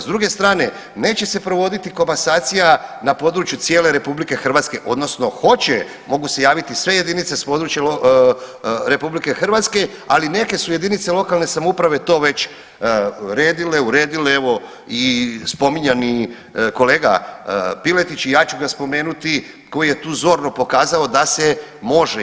S druge strane neće se provoditi komasacija na području cijele RH odnosno hoće mogu se javiti sve jedinice s područja RH, ali neke su jedinice lokalne samouprave to već redile, uredile evo i spominjani kolega Piletić i ja ću ga spomenuti koji je tu zorno pokazao da se može.